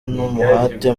n’umuhate